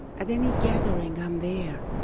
at any gathering, i'm there,